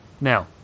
now